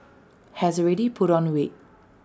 has already put on weight